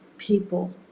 People